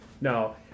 No